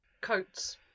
Coats